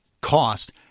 Cost